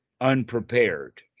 unprepared